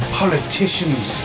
politicians